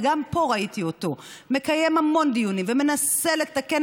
וגם פה ראיתי אותו מקיים המון דיונים ומנסה לתקן,